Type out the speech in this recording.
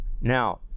Now